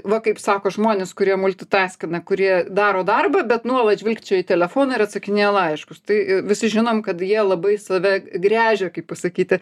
va kaip sako žmonės kurie multitaskina kurie daro darbą bet nuolat žvilgčioja į telefoną ir atsakinėja laiškus tai visi žinom kad jie labai save gręžia kaip pasakyti